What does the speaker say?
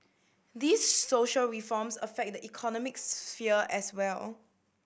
these social reforms affect the economic sphere as well